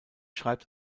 schreibt